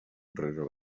rere